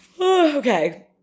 Okay